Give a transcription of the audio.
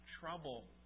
trouble